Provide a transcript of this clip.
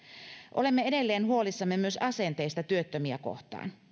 olemme edelleen huolissamme myös asenteista työttömiä kohtaan